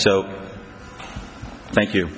so thank you